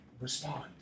respond